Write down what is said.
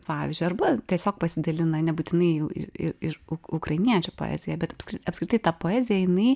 pavyzdžiui arba tiesiog pasidalina nebūtinai jų ir ir ukrainiečių poezija bet apskritai ta poezija jinai